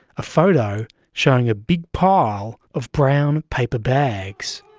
a photo showing a big pile of brown paper bags,